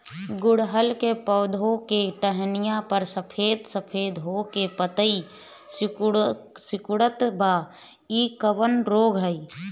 गुड़हल के पधौ के टहनियाँ पर सफेद सफेद हो के पतईया सुकुड़त बा इ कवन रोग ह?